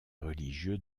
religieux